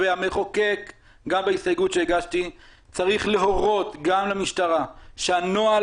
והמחוקק גם בהסתייגות שהגשתי צריך להורות גם למשטרה שהנוהל